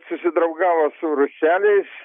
susidraugavo su ruseliais